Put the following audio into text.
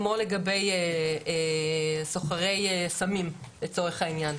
כמו לגבי סוחרי סמים לצורך העניין.